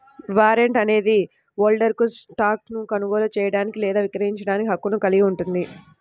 warrant అనేది హోల్డర్కు స్టాక్ను కొనుగోలు చేయడానికి లేదా విక్రయించడానికి హక్కును కలిగి ఉంటుంది